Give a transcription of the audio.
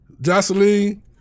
Jocelyn